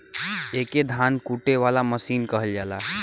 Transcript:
एके धान कूटे वाला मसीन कहल जाला